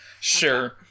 Sure